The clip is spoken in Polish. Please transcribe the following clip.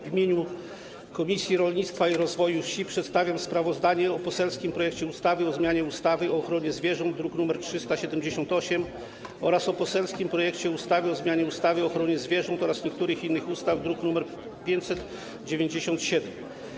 W imieniu Komisji Rolnictwa i Rozwoju Wsi przedstawiam sprawozdanie o poselskim projekcie ustawy o zmianie ustawy o ochronie zwierząt, druk nr 378, oraz o poselskim projekcie ustawy o zmianie ustawy o ochronie zwierząt oraz niektórych innych ustaw, druk nr 597.